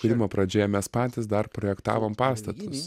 tyrimo pradžioje mes patys dar projektavom pastatus